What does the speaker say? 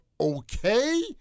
okay